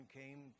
came